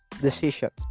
decisions